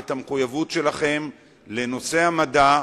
ואת המחויבות שלכם לנושא המדע,